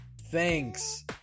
thanks